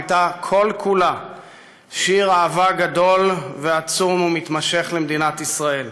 הייתה כל כולה שיר אהבה גדול ועצום ומתמשך למדינת ישראל.